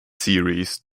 series